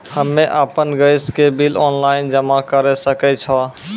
हम्मे आपन गैस के बिल ऑनलाइन जमा करै सकै छौ?